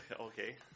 Okay